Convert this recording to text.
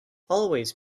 always